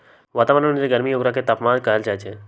वतावरन में जे गरमी हई ओकरे तापमान कहल जाई छई